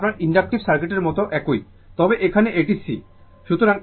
এটি আপনার ইনডাকটিভ সার্কিটের মতো একই তবে এখানে এটি C